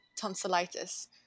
tonsillitis